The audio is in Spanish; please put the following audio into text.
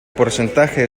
porcentaje